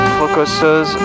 focuses